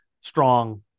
Strong